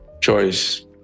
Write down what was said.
choice